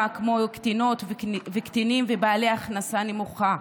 כמו קטינות וקטינים ובעלי הכנסה נמוכה.